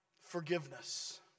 Forgiveness